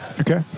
Okay